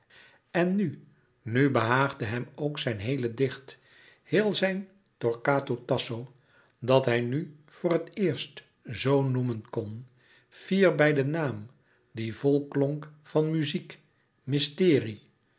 en nu nu behaagde hem ook zijn heele dicht heel zijn torquato tasso dat hij nu voor het eerst zoo noemen kon fier bij den naam die vol klonk van muziek mysterie